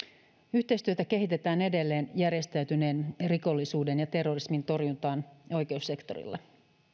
yhteistyötä kehitetään edelleen järjestäytyneen rikollisuuden ja terrorismin torjuntaan oikeussektorilla